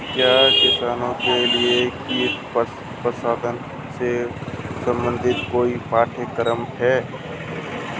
क्या किसानों के लिए कीट प्रबंधन से संबंधित कोई पाठ्यक्रम है?